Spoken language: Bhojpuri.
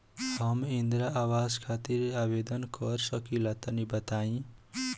हम इंद्रा आवास खातिर आवेदन कर सकिला तनि बताई?